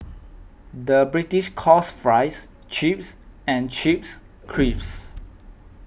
the British calls Fries Chips and Chips Crisps